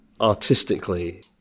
artistically